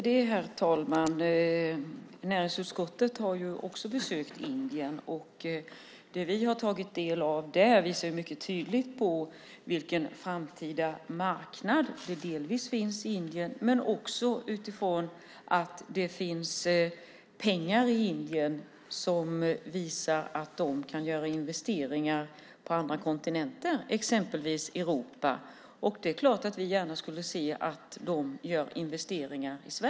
Herr talman! Näringsutskottet har också besökt Indien. Det vi har tagit del av visar mycket tydligt vilken framtida marknad det delvis finns i Indien. Men det finns också pengar i Indien som visar att de kan göra investeringar på andra kontinenter, exempelvis Europa. Det är klart att vi gärna skulle se att de gör investeringar i Sverige.